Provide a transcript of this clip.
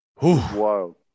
wow